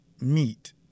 meet